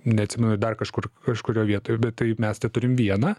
neatsimenu ir dar kažkur kažkurioj vietoj bet tai mes teturim vieną